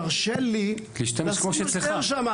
תרשה לי לשים משדר שם.